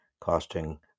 costing